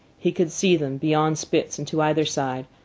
he could see them, beyond spitz and to either side,